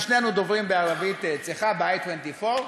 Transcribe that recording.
אנחנו שנינו דוברים ערבית צחה, ב-"i24",